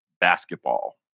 basketball